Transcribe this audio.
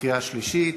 2 נתקבלו.